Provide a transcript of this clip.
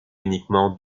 uniquement